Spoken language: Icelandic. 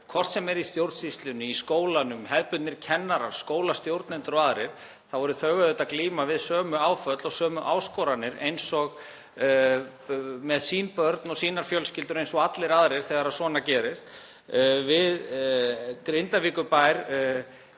hvort sem er í stjórnsýslunni eða skólanum, hefðbundnir kennarar, skólastjórnendur eða aðrir, þá eru þau auðvitað að glíma við sömu áföll og sömu áskoranir með sín börn og sínar fjölskyldur og allir aðrir þegar svona gerist. Grindavíkurbær